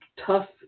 tough